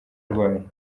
arwaye